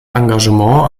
engagement